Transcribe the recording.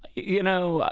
you know,